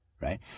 right